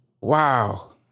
Wow